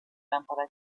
lámpara